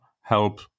help